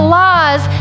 laws